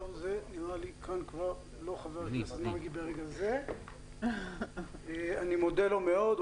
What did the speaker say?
אני מודה לו מאוד,